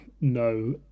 no